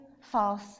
false